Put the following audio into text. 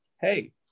hey